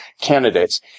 candidates